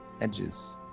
edges